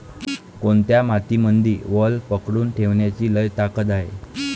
कोनत्या मातीमंदी वल पकडून ठेवण्याची लई ताकद हाये?